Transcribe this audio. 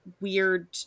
weird